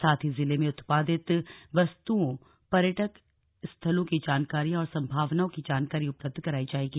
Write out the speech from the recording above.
साथ ही जिले में उत्पादित वस्तुओं पर्यटक स्थलों की जानकारियां और सम्भावनाओं की जानकारी उपलब्ध कराई जाएगी